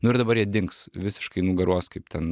nu ir dabar jie dings visiškai nugaruos kaip ten